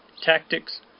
tactics